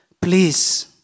Please